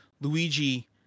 Luigi